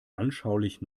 anschaulich